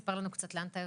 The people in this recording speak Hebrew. ספר לנו קצת לאן אתה יוצא,